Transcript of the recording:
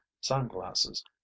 sunglasses